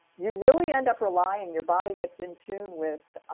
you really end up relying your body gets in tune with